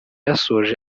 yasoje